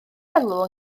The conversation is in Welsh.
elw